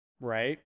right